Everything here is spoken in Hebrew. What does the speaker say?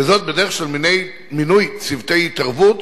וזאת בדרך של מינוי צוותי התערבות